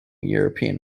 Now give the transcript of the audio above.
european